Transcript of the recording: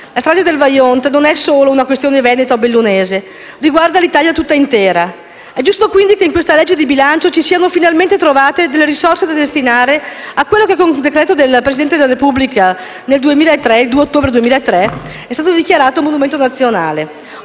La strage del Vajont non è solo una questione veneta o bellunese, ma riguarda l'Italia tutta intera. È giusto quindi che in questo disegno di legge di bilancio si siano finalmente trovate delle risorse da destinare a quello che, con decreto del Presidente della Repubblica del 2 ottobre 2003, è stato dichiarato monumento nazionale.